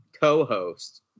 co-host